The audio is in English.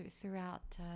throughout